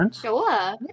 Sure